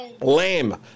Lame